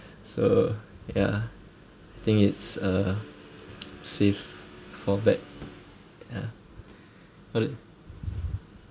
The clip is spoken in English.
so ya think it's a safe fall back ya got it